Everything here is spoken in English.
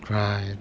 correct